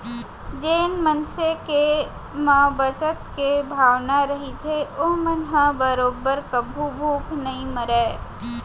जेन मनसे के म बचत के भावना रहिथे ओमन ह बरोबर कभू भूख नइ मरय